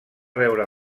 veure